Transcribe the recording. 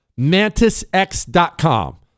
MantisX.com